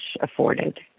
afforded